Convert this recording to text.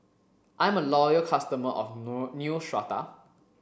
I'm a loyal customer of Neostrata